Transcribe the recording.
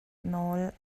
nawl